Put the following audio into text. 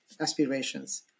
aspirations